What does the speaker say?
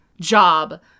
job